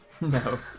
No